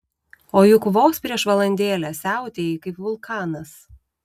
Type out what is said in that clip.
o juk vos prieš valandėlę siautėjai kaip vulkanas